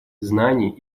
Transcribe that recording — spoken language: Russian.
знаний